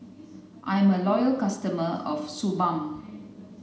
I'm a loyal customer of Suu Balm